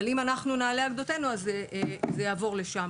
אבל אם אנחנו נעלה על גדותינו, אז זה יעבור לשם.